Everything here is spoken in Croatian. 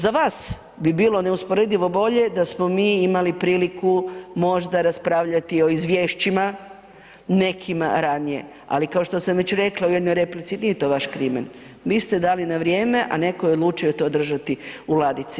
Za vas bi bilo neusporedivo bolje da smo mi imali priliku možda raspravljati o izvješćima nekima ranije, ali kao što sam već rekla u jednoj replici, nije to vaš krimen, vi ste dali na vrijeme, a neko je odlučio to držati u ladici.